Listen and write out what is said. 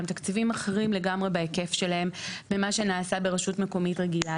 הם תקציבים אחרים לגמרי בהיקף שלהם ממה שנעשה ברשות מקומית רגילה.